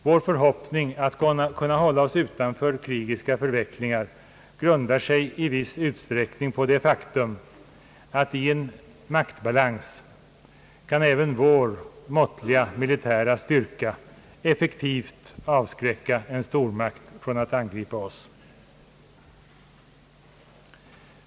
Vår förhoppning att kunna hålla oss utanför krigiska förvecklingar grundar sig i viss utsträckning på det faktum, att i en maktbalans även vår måttliga militära styrka effektivt kan avskräcka en stormakt från att angripa oss.